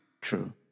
True